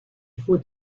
faut